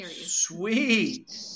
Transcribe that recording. sweet